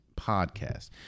podcast